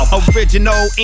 original